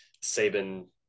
Saban